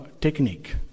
technique